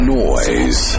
noise